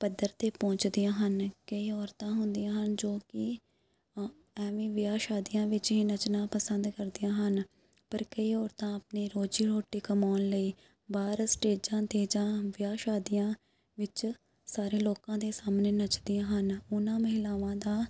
ਪੱਧਰ 'ਤੇ ਪਹੁੰਚਦੀਆਂ ਹਨ ਕਈ ਔਰਤਾਂ ਹੁੰਦੀਆਂ ਹਨ ਜੋ ਕਿ ਇਵੇਂ ਵਿਆਹ ਸ਼ਾਦੀਆਂ ਵਿੱਚ ਹੀ ਨੱਚਣਾ ਪਸੰਦ ਕਰਦੀਆਂ ਹਨ ਪਰ ਕਈ ਔਰਤਾਂ ਆਪਣੇ ਰੋਜ਼ੀ ਰੋਟੀ ਕਮਾਉਣ ਲਈ ਬਾਹਰ ਸਟੇਜਾਂ 'ਤੇ ਜਾਂ ਵਿਆਹ ਸ਼ਾਦੀਆਂ ਵਿੱਚ ਸਾਰੇ ਲੋਕਾਂ ਦੇ ਸਾਹਮਣੇ ਨੱਚਦੀਆਂ ਹਨ ਉਹਨਾਂ ਮਹਿਲਾਵਾਂ ਦਾ